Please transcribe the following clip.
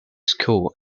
school